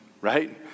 right